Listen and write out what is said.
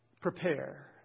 Prepare